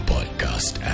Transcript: Podcast